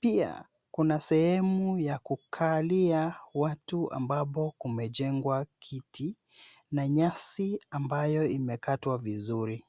Pia kuna sehemu ya kukalia watu ambapo kumejengwa kiti na nyasi ambayo imekatwa vizuri.